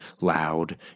loud